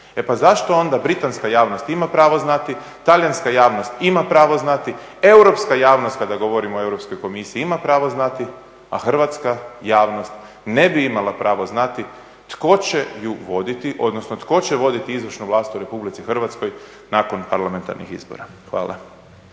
E pa zašto onda britanska javnost ima pravo znati, talijanska javnost ima pravo znati, europska javnost kada govorimo o Europskoj komisiji ima pravo znati a hrvatska javnost ne bi imala pravo znati tko će ju voditi odnosno tko će voditi izvršnu vlast u Republici Hrvatskoj nakon parlamentarnih izbora. Hvala.